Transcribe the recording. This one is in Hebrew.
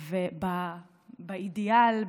באידיאל,